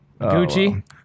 Gucci